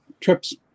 trips